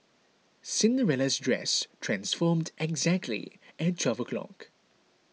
Cinderella's dress transformed exactly at twelve o' clock